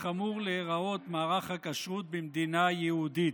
אמור להיראות מערך הכשרות במדינה יהודית.